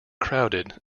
crowded